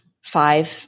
five